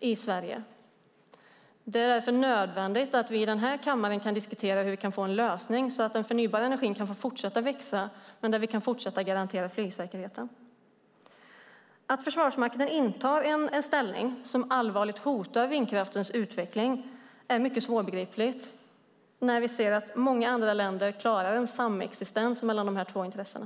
i Sverige. Det är därför nödvändigt att vi i den här kammaren kan diskutera hur vi kan få en lösning så att den förnybara energin kan få fortsätta växa och att vi kan fortsätta garantera flygsäkerheten. Att Försvarsmakten intar en ställning som allvarligt hotar vindkraftens utveckling är mycket svårbegripligt när vi ser att många andra länder klarar en samexistens mellan de här två intressena.